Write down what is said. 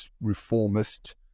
reformist